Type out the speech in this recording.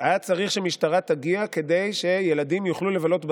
היה צריך שמשטרה תגיע כדי שילדים יוכלו לבלות בסופרלנד.